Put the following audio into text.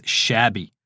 shabby